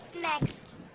Next